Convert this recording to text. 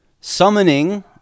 summoning